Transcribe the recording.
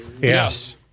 Yes